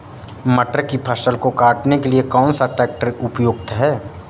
मटर की फसल को काटने के लिए कौन सा ट्रैक्टर उपयुक्त है?